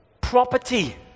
Property